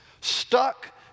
Stuck